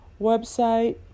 website